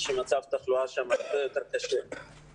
שם מצב התחלואה הרבה יותר קשה ויודעים